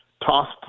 tossed